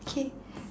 K